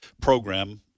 program